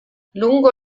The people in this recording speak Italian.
lungo